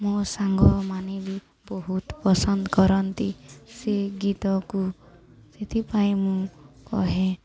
ମୋ ସାଙ୍ଗମାନେ ବି ବହୁତ ପସନ୍ଦ କରନ୍ତି ସେ ଗୀତକୁ ସେଥିପାଇଁ ମୁଁ କହେ